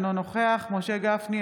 אינו נוכח משה גפני,